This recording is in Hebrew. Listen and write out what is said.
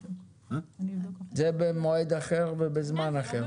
זה במועד אחר ובזמן אחר.